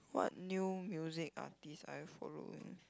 what new music artist I follow on